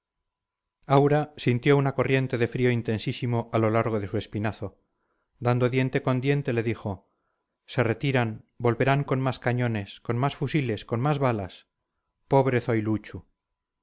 aura sintió una corriente de frío intensísimo a lo largo de su espinazo dando diente con diente le dijo se retiran volverán con más cañones con más fusiles con más balas pobre